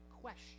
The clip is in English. question